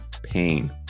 pain